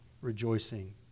rejoicing